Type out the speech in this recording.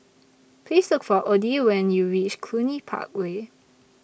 Please Look For Odie when YOU REACH Cluny Park Way